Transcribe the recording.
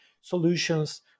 solutions